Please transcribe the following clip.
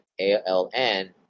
ALN